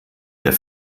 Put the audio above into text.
der